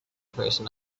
person